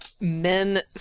men